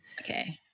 Okay